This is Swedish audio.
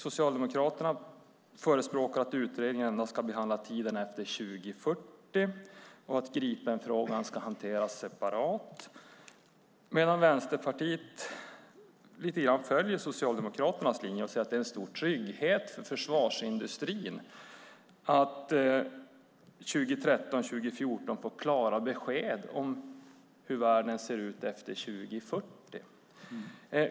Socialdemokraterna förespråkar att utredningen endast ska behandla tiden efter 2040 och att Gripenfrågan ska hanteras separat, medan Vänsterpartiet lite grann följer Socialdemokraternas linje och säger att det är en stor trygghet för försvarsindustrin att 2013-2014 få klara besked om hur världen ser ut efter 2040.